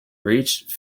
reached